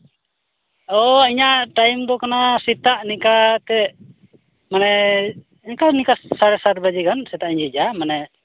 ᱚ ᱤᱧᱟᱹᱜ ᱴᱟᱭᱤᱢ ᱫᱚ ᱠᱟᱱᱟ ᱥᱮᱛᱟᱜ ᱱᱤᱝᱠᱟ ᱛᱮ ᱢᱟᱱᱮ ᱤᱱᱠᱟ ᱱᱤᱝᱠᱟ ᱥᱟᱲᱮ ᱥᱟᱛ ᱵᱟᱡᱮ ᱜᱟᱱ ᱥᱮᱛᱟᱜ ᱤᱧ ᱡᱷᱤᱡᱽᱼᱟ ᱢᱟᱱᱮ